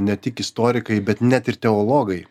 ne tik istorikai bet net ir teologai